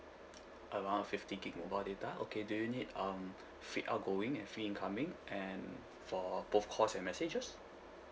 around fifty gig mobile data okay do you need um free outgoing and free incoming and for both calls and messages